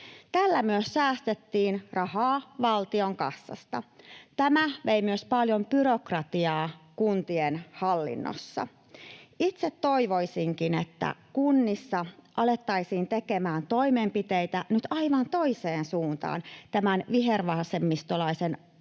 Tällä myös säästettiin rahaa valtion kassasta. Tämä vei myös paljon byrokratiaa kuntien hallinnossa. Itse toivoisinkin, että kunnissa alettaisiin tekemään toimenpiteitä nyt aivan toiseen suuntaan tämän vihervasemmistolaisen aikakauden